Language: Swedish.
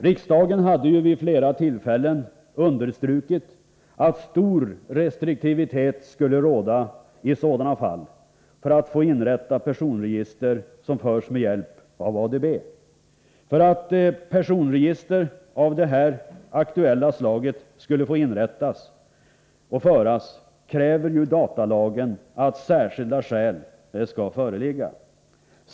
Riksdagen hade ju vid flera tillfällen understrukit att stor restriktivitet skulle råda i sådana fall som gällde att inrätta personregister som förs med hjälp av ADB. För att personregister av här aktuellt slag skall få inrättas och föras kräver datalagen att särskilda skäl skall föreligga.